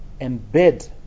embed